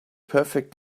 perfect